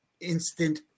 instant